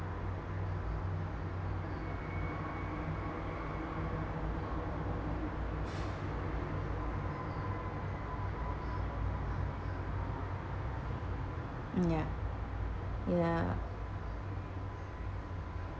ya ya